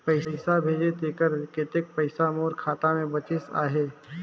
पइसा भेजे तेकर कतेक पइसा मोर खाता मे बाचिस आहाय?